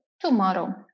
tomorrow